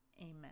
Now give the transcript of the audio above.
Amen